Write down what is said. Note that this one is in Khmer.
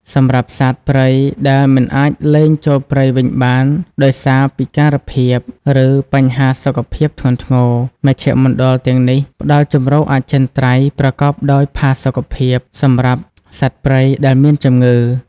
សម្រាប់សត្វព្រៃដែលមិនអាចលែងចូលព្រៃវិញបានដោយសារពិការភាព ឬបញ្ហាសុខភាពធ្ងន់ធ្ងរ មជ្ឈមណ្ឌលទាំងនេះផ្តល់ជម្រកអចិន្ត្រៃយ៍ប្រកបដោយផាសុកភាព សម្រាប់សព្វព្រៃដែលមានជំងឺ។។